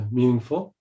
meaningful